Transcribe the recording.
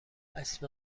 اسم